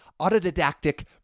autodidactic